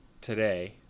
today